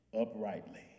uprightly